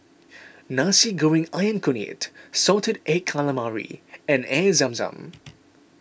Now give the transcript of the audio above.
Nasi Goreng Ayam Kunyit Salted Egg Calamari and Air Zam Zam